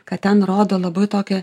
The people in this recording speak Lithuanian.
kad ten rodo labai tokią